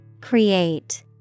Create